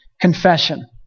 confession